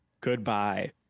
goodbye